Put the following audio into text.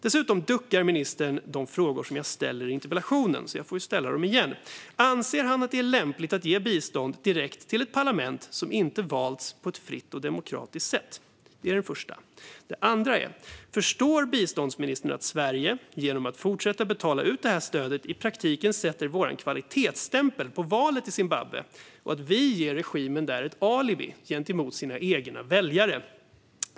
Dessutom duckar ministern för de frågor jag ställde i min interpellation. Därför ställer jag dem igen. Anser ministern att det är lämpligt att ge bistånd direkt till ett parlament som inte valts på ett fritt och demokratiskt sätt? Förstår biståndsministern att Sverige genom att fortsätta att betala ut stödet i praktiken sätter en kvalitetsstämpel på valet i Zimbabwe och att vi ger regimen ett alibi gentemot sina egna väljare?